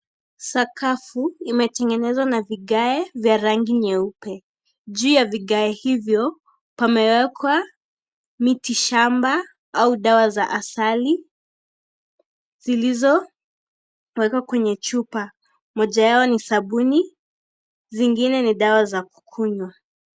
Sakafu imetanezwa na vigae vya rangi nyeupe, juu ya vigae hivyo pamewekwa miti shamba au dawa za asili zilizowekwa kwenye chupa. Moja yao ni sabuni, zingine ni dawa za kukunywa.